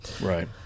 Right